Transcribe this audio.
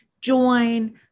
join